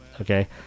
okay